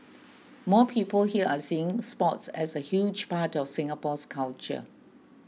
more people here are seeing sports as a huge part of Singapore's culture